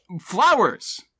Flowers